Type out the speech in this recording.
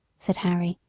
said harry.